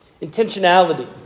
intentionality